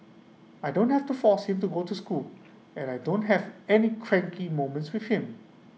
I don't have to force him to go to school and I don't have any cranky moments with him